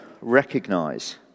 recognise